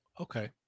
Okay